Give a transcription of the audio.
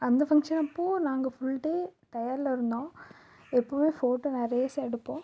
அந்த ஃபங்க்ஷன் அப்போது நாங்கள் ஃபுல் டே டையர்டில் இருந்தோம் எப்பவும் ஃபோட்டோ நிறையஸ் எடுப்போம்